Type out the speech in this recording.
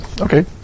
Okay